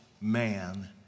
man